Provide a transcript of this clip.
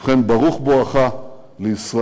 ובכן, ברוך בואך לישראל.